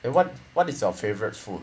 and what what is your favourite food